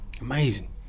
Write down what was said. amazing